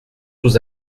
sous